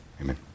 Amen